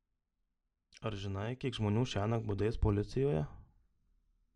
ar žinai kiek žmonių šiąnakt budės policijoje